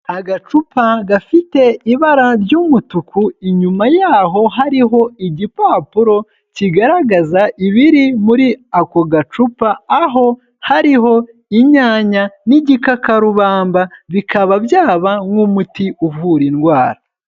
Agacupa gafite ibara ry'umutuku, inyuma yaho hariho igipapuro kigaragaza ibiri muri ako gacupa, aho hariho inyanya n'igikakarubamba bikaba byaba nk'umuti uvura indwara.